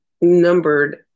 numbered